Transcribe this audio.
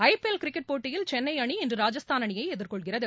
ஐ P L cricket போட்டியில் சென்னை அணி இன்று ராஜஸ்தான் அணியை எதிர்கொள்கிறது